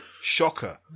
Shocker